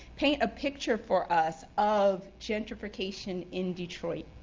paint a picture for us of gentrification in detroit,